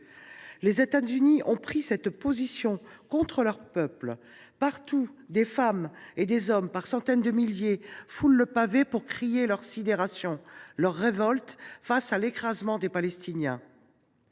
Les États Unis ont pris cette position contre leur peuple. Partout, des femmes et des hommes par centaines de milliers foulent le pavé pour crier leur sidération, leur révolte, face à l’écrasement des Palestiniens.